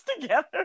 together